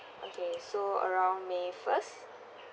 okay so around may first